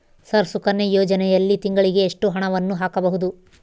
Sir Sukanya ಯೋಜನೆಯಲ್ಲಿ ತಿಂಗಳಿಗೆ ಎಷ್ಟು ಹಣವನ್ನು ಹಾಕಬಹುದು?